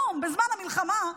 בזמן המלחמה,